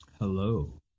Hello